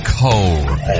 cold